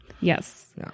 Yes